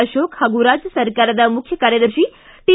ಅಕೋಕ್ ಹಾಗೂ ರಾಜ್ಯ ಸರ್ಕಾರದ ಮುಖ್ಯ ಕಾರ್ಯದರ್ಶಿ ಟಿ